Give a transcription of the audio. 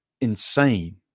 insane